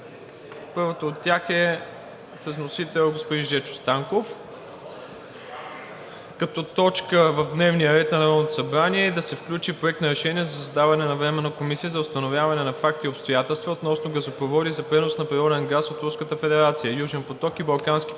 Първото е с вносител господин Жечо Станков: като точка в дневния ред на Народното събрание да се включи Проект на решение за създаване на Временна комисия за установяване на факти и обстоятелства относно газопроводи за пренос на природен газ от Руската федерация – Южен поток и Балкански поток,